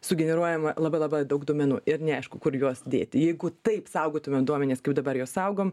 sugeneruojama labai labai daug duomenų ir neaišku kur juos dėti jeigu taip saugotume duomenis kaip dabar juos saugom